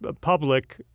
public